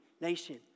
nation